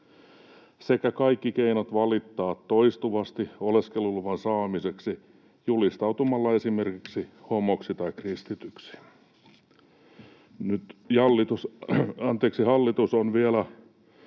sekä kaikki keinot valittaa toistuvasti oleskeluluvan saamiseksi julistautumalla esimerkiksi homoksi tai kristityksi. Nyt jallitus, anteeksi